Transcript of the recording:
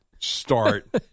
start